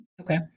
okay